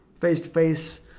face-to-face